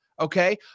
Okay